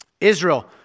Israel